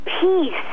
peace